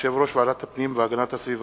יושב-ראש ועדת הפנים והגנת הסביבה,